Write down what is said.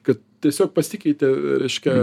kad tiesiog pasikeitė reiškia